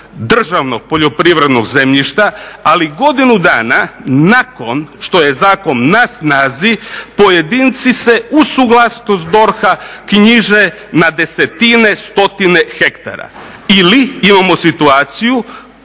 državnog poljoprivrednog zemljišta ali godinu dana nakon što je zakon na snazi pojedinci se uz suglasnost DORH-a knjiže na desetine, stotine hektara. Ili imamo situaciju